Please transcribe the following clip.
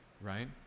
Right